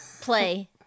Play